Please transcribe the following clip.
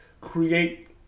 create